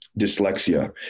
dyslexia